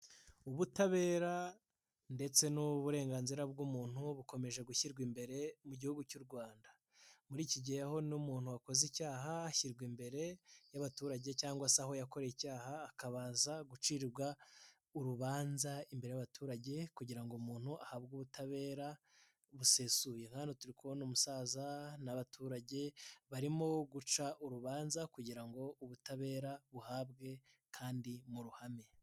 Ubutabera ndetse n'uburenganzira bw'umuntu. Bukomeje gushyirwa imbere mu gihugu cy'u Rwanda. Muri iki gihe aho n'umuntu wakoze icyaha ashyirwa imbere y'abaturage cyangwa se aho yakoreye icyaha akabanza gucirwa urubanza, imbere y'abaturage kugira ngo umuntu ahabwe ubutabera busesuye. Na hano turi kuhabona umusaza n'abaturage barimo guca urubanza kugira ngo ubutabera buhabwe kandi mu ruhame.